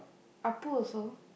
Appu also